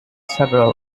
several